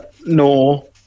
No